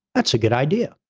that's a good idea.